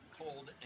cold